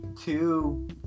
two